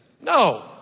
no